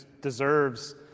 deserves